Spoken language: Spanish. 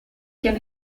quien